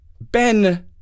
Ben